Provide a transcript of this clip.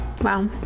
Wow